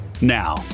Now